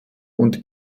und